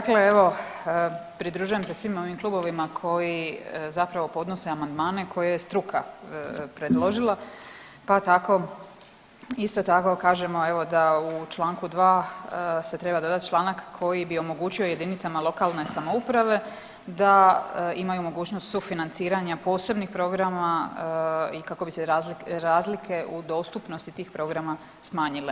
Dakle, evo pridružujem se svim ovim klubovima koji zapravo podnose amandmane koje je struka predložila, pa tako isto tako kažemo evo da u članku 2. se treba dodati članak koji bi omogućio jedinicama lokalne samouprave da imaju mogućnost sufinanciranja posebnih programa i kako bi se razlike u dostupnosti tih programa smanjile.